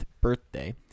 birthday